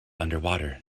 underwater